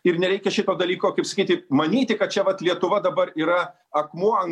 ir nereikia šito dalyko kaip sakyti manyti kad čia vat lietuva dabar yra akmuo